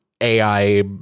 ai